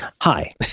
Hi